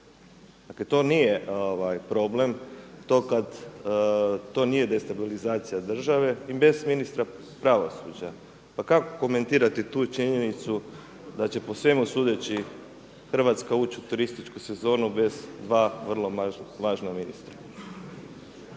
Dakle to nije problem, to nije destabilizacija države i bez ministra pravosuđa. Pa kako komentirate tu činjenicu da će po svemu sudeći Hrvatska ući u turističku sezonu bez dva vrlo važna ministra.